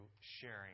sharing